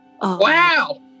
Wow